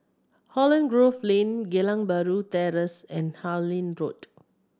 Holland Grove Lane Geylang Bahru Terrace and Harlyn Road